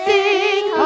Sing